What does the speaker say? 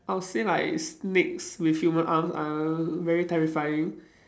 I'll say like snakes with human arms are very terrifying